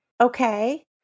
Okay